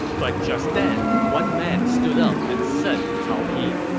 but just then, one man stood up and said to cao pi,